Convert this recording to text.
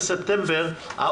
אתה עובר לסופר, אתה עובר